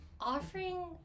offering